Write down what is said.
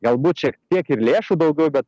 galbūt šiek tiek ir lėšų daugiau bet